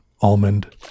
almond